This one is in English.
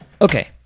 Okay